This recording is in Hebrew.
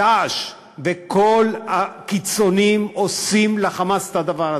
"דאעש" וכל הקיצונים עושים ל"חמאס" את הדבר הזה.